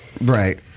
Right